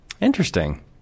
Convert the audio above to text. Interesting